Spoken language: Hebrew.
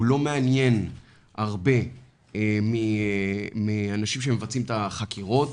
הוא לא מעניין הרבה מהאנשים שמבצעים את החקירות,